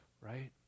right